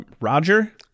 Roger